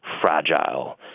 fragile